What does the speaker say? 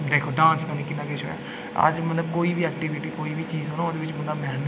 दिक्खो डांस कन्नै किन्ना किश हो अस मतलब कोई बी ऐक्टीविटी कोई बी चीज मतलब ओह्दे बित मैह्नत